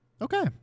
Okay